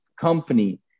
company